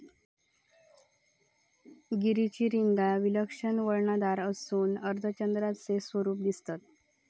गिरीची शिंगा विलक्षण वळणदार असून अर्धचंद्राचे स्वरूप देतत